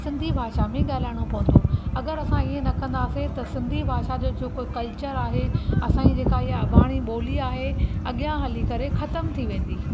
सिंधी भाषा में ॻाल्हाइणो पवंदो अगरि असां हीअं न कंदासीं त सिंधी भाषा जो जेको कल्चर आहे असांजी जेका हीअ अबाणी ॿोली आहे अॻियां हली करे ख़तमु थी वेंदी